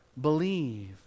believe